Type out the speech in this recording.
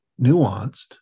nuanced